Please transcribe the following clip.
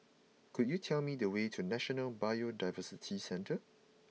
could you tell me the way to National Biodiversity Centre